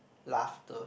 laughter